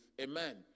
Amen